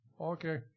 Okay